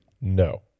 No